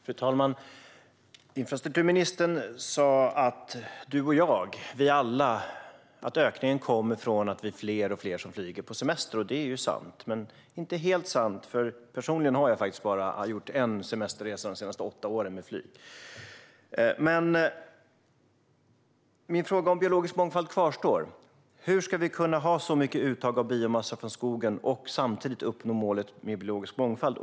Fru talman! Infrastrukturministern sa att ökningen beror på att fler och fler - du, jag och vi alla - flyger på semester. Det är sant men inte helt sant, för personligen har jag faktiskt bara gjort en semesterresa med flyg de senaste åtta åren. Min fråga om biologisk mångfald kvarstår: Hur ska vi kunna ha ett så stort uttag av biomassa från skogen och samtidigt uppnå målet i fråga om biologisk mångfald?